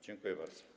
Dziękuję bardzo.